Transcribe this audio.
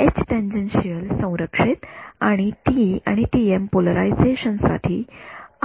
H tangential बरोबर म्हणून पुढील एच टॅनजेन्शियल संरक्षित आणि टीई आणि टीएम पोलरायझेशन साठी